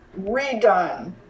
redone